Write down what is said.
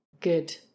good